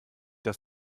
dass